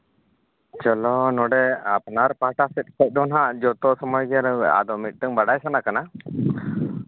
ᱪᱚᱞᱚ ᱱᱚᱰᱮ ᱟᱯᱱᱟᱨ ᱯᱟᱦᱴᱟ ᱥᱮᱫ ᱠᱷᱚᱡ ᱫᱚ ᱦᱟᱸᱜ ᱡᱚᱛᱚ ᱥᱚᱢᱚᱭ ᱜᱮ ᱟᱫᱚ ᱢᱤᱫᱴᱟᱹᱱ ᱵᱟᱲᱟᱭ ᱥᱟᱱᱟ ᱠᱟᱱᱟ